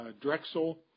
Drexel